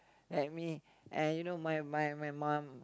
help me and you know you know my mom